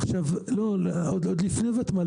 עוד לפני ותמ"ל.